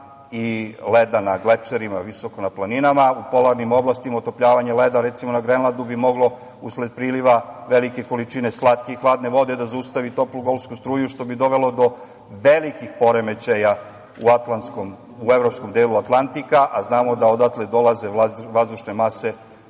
i leda na glečerima, visoko na planinama. U polarnim oblastima otopljavanje leda, recimo na Grenlandu, bi moglo usled priliva velike količine slatke i hladne vode da zaustavi toplu Golfsku struju, što bi dovelo do velikih poremećaja u Atlantskom, u evropskom delu Atlantika, a znamo da odatle dolaze vazdušne mase